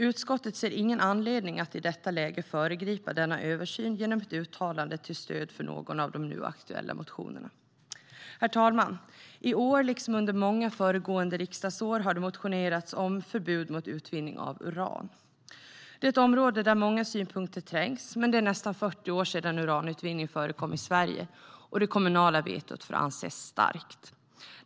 Utskottet ser ingen anledning att i detta läge föregripa denna översyn genom ett uttalande till stöd för någon av de nu aktuella motionerna. "Herr talman! I år, liksom många föregående riksdagsår, har det motionerats om förbud mot utvinning av uran. Det är ett område där många synpunkter trängs. Men det är nästan 40 år sedan uranutvinning förekom i Sverige, och det kommunala vetot får anses starkt.